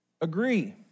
agree